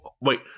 Wait